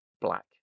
black